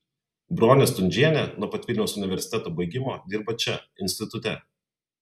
bronė stundžienė nuo pat vilniaus universiteto baigimo dirba čia institute